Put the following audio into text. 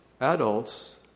adults